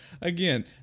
again